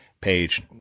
page